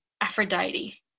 Aphrodite